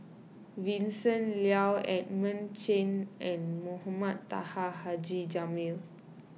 Vincent Leow Edmund Chen and Mohamed Taha Haji Jamil